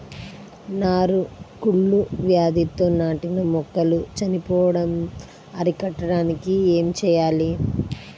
నారు కుళ్ళు వ్యాధితో నాటిన మొక్కలు చనిపోవడం అరికట్టడానికి ఏమి చేయాలి?